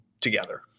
together